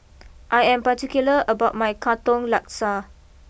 I am particular about my Katong Laksa